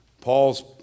Paul's